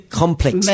complex